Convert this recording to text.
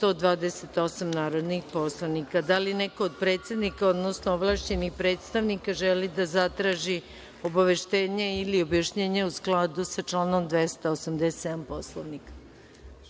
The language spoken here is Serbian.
128 narodnih poslanika. Da li neko od predsednika, odnosno ovlašćenih predstavnika želi da zatraži obaveštenje ili objašnjenje u skladu sa članom 287. Poslovnika? Reč